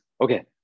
okay